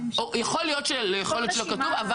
יכול להיות שלא כתוב.